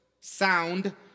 sound